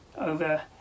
over